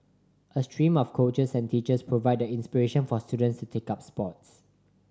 a stream of coaches and teachers provide the inspiration for students to take up sports